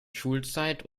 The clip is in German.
schulzeit